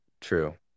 true